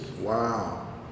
Wow